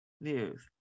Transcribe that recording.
news